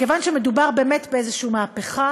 מכיוון שמדובר באמת באיזושהי מהפכה